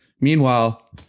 Meanwhile